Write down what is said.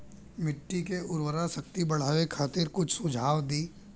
मिट्टी के उर्वरा शक्ति बढ़ावे खातिर कुछ सुझाव दी?